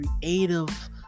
creative